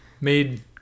made